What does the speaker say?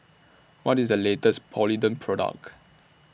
What IS The latest Polident Product